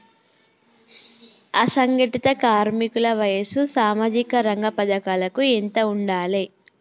అసంఘటిత కార్మికుల వయసు సామాజిక రంగ పథకాలకు ఎంత ఉండాలే?